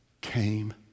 came